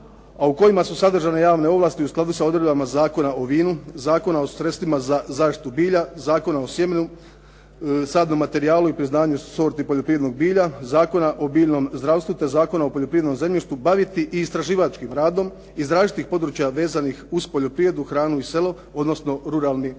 a u kojima su sadržane javne ovlasti u skladu sa odredbama Zakona o vinu, Zakona o sredstvima za zaštitu bilja, Zakona o sjemenu, sadnom materijalu i priznanju sorti poljoprivrednog bilja, Zakona o biljnom zdravstvu te Zakona o poljoprivrednom zemljištu baviti i istraživačkim radom iz različitih područja vezanih uz poljoprivredu, hranu i selo, odnosno ruralni razvoj.